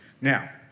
Now